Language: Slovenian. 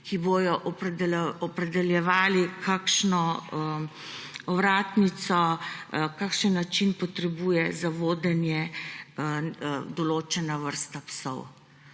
ki bodo opredeljevali, kakšno ovratnico, kakšen način potrebuje za vodenje določena vrsta psov.